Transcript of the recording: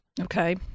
Okay